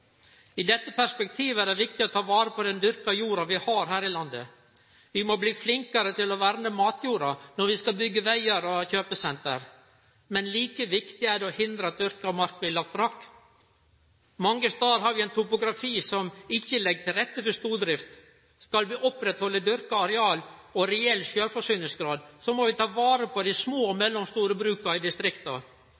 I dette perspektivet er det viktig å ta vare på den dyrka jorda vi har her i landet. Vi må bli flinkare til å verne matjorda når vi skal byggje vegar og kjøpesenter. Men like viktig er det å hindre at dyrka mark blir lagd brakk. Mange stader har vi ein topografi som ikkje legg til rette for stordrift. Skal vi oppretthalde dyrka areal og reell sjølvforsyningsgrad, må vi ta vare på dei små og